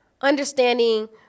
understanding